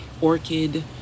orchid